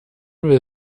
will